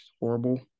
Horrible